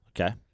Okay